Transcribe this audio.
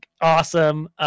awesome